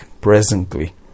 presently